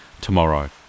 tomorrow